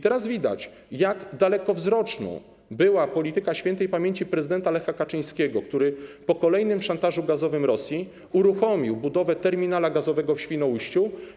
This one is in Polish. Teraz widać, jak dalekowzroczna była polityka śp. prezydenta Lecha Kaczyńskiego, który po kolejnym szantażu gazowym Rosji uruchomił budowę terminala gazowego w Świnoujściu.